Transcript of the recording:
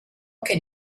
can